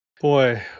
Boy